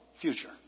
future